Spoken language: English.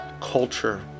culture